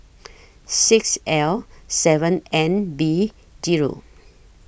six L seven N B Zero